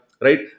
right